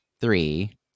three